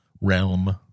realm